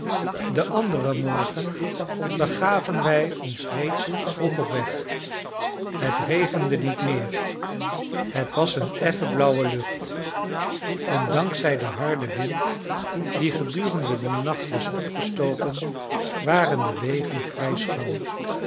den anderen morgen begaven wij ons reeds vroeg op weg het regende niet meer het was een effen blauwe lucht en dank zij den harden wind die gedurende den nacht was opgestoken waren de wegen vrij schoon